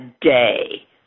day